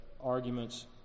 arguments